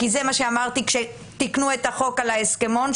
וזה מה שאמרתי כשתיקנו את החוק על ההסכמון,